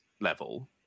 level